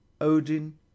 Odin